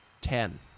Ten